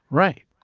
right?